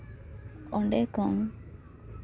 ᱚᱸᱰᱮ ᱠᱷᱚᱱ